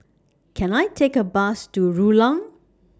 Can I Take A Bus to Rulang